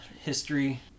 history